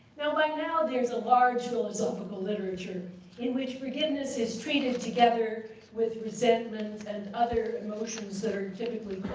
now by now, there's a large philosophical literature in which forgiveness is treated together with resentment and other emotions that are typically